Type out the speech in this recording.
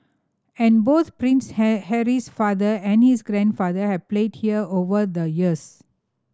and both Prince Harry's father and his grandfather have played here over the years